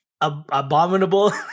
abominable